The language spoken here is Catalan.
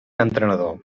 entrenador